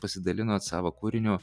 pasidalinot savo kūriniu